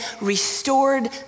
restored